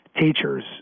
teachers